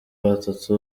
batatu